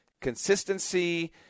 consistency –